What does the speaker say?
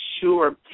sure